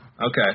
okay